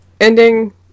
ending